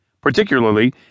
particularly